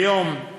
כיום, הנסיבות,